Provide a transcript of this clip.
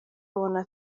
bubona